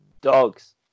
Dogs